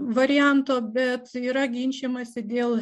varianto bet yra ginčijamasi dėl